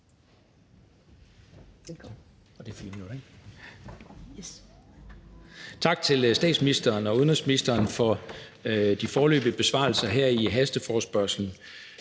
Tak til statsministeren og udenrigsministeren for de foreløbige besvarelser her ved hasteforespørgslen.